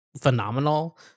phenomenal